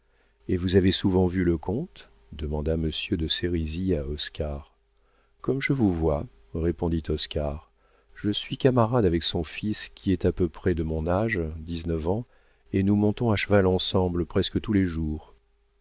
et vous avez souvent vu le comte demanda monsieur de sérisy à oscar comme je vous vois répondit oscar je suis camarade avec son fils qui est à peu près de mon âge dix-neuf ans et nous montons à cheval ensemble presque tous les jours